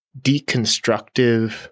deconstructive